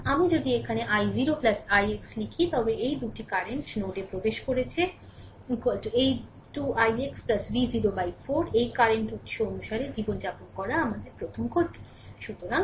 সুতরাং আমি যদি এখানে i0 ix লিখি তবে এই দুটি কারেন্ট নোডে প্রবেশ করছে এই 2 ix V0 4 এই কারেন্ট উত্স অনুসারে জীবনযাপন করা আপনার প্রথম ক্ষতি